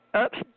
Oops